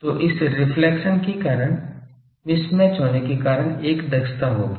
तो इस रिफ्लेक्शन के कारण मिसमैच होने के कारण एक दक्षता होगी